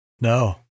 No